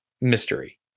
mystery